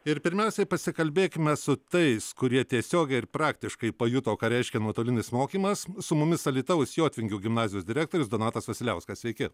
ir pirmiausiai pasikalbėkime su tais kurie tiesiogiai ir praktiškai pajuto ką reiškia nuotolinis mokymas su mumis alytaus jotvingių gimnazijos direktorius donatas vasiliauskas sveiki